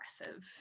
aggressive